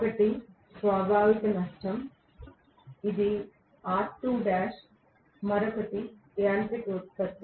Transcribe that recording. ఒకటి స్వాభావిక నష్టం ఇది మరొకటి యాంత్రిక ఉత్పత్తి